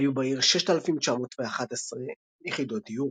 היו בעיר 6,911 יחידות דיור.